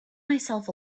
myself